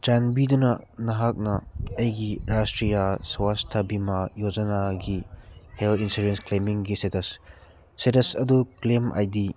ꯆꯥꯟꯕꯤꯗꯨꯅ ꯅꯍꯥꯛꯅ ꯑꯩꯒꯤ ꯔꯥꯁꯇ꯭ꯔꯤꯌꯥ ꯁ꯭ꯋꯥꯁꯊ ꯕꯤꯃꯥ ꯌꯣꯖꯅꯥꯒꯤ ꯍꯦꯜ ꯏꯟꯁꯨꯔꯦꯟꯁ ꯀ꯭ꯂꯦꯃꯤꯡꯒꯤ ꯏꯁꯇꯦꯇꯁ ꯏꯁꯇꯦꯇꯁ ꯑꯗꯨ ꯀ꯭ꯂꯦꯝ ꯑꯥꯏ ꯗꯤ